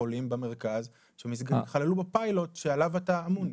חולים במרכז שיכללו בפיילוט שעליו אתה אמון.